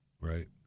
right